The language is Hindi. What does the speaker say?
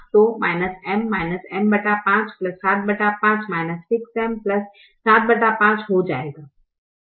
तो M M 5 75 6M 75 हो जाएगा